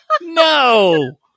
no